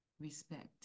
respect